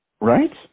Right